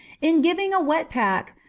in giving a wet pack,